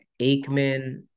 Aikman-